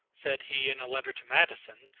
said he in a letter to madison,